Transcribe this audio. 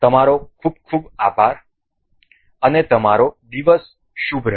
તમારો ખૂબ ખૂબ આભાર અને તમારો દિવસ શુભ રહે